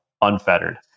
unfettered